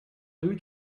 blue